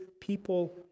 people